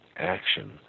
action